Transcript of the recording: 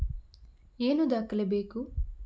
ಏನು ದಾಖಲೆ ಬೇಕು?